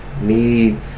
need